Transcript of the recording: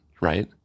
right